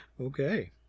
Okay